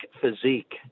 physique